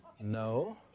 No